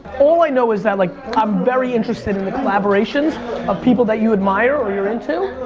all i know is that like i'm very interested in the collaborations of people that you admire or you're into